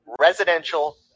residential